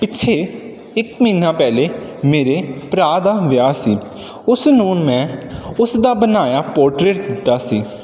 ਪਿੱਛੇ ਇੱਕ ਮਹੀਨਾ ਪਹਿਲੇ ਮੇਰੇ ਭਰਾ ਦਾ ਵਿਆਹ ਸੀ ਉਸ ਨੂੰ ਮੈਂ ਉਸ ਦਾ ਬਣਾਇਆ ਪੋਰਟਰੇਟ ਦਿੱਤਾ ਸੀ